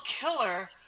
killer